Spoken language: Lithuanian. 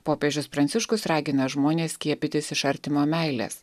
popiežius pranciškus ragina žmones skiepytis iš artimo meilės